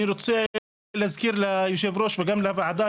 אני רוצה להזכיר ליושב הראש וגם לוועדה,